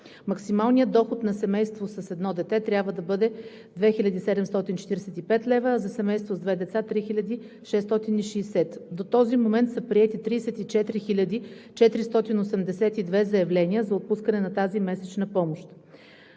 Максималният доход на семейство с едно дете трябва да бъде 2745 лв., а за семейство с две деца – 3660 лв. До този момент са приети 34 482 заявления за отпускане на тази месечна помощ.